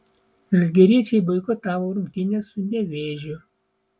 žalgiriečiai boikotavo rungtynes su nevėžiu